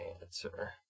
answer